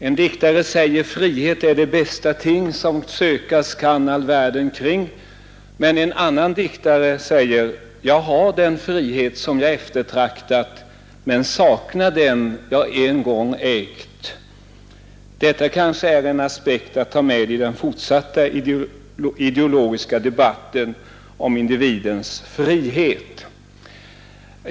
En diktare säger: ”Frihet är det bästa ting som sökas kan all världen kring.” En annan diktare säger: ”Jag har den frihet som jag eftertraktat men saknar den jag en gång ägt.” Detta kanske är en aspekt att ta med i den fortsatta ideologiska debatten om individens frihet.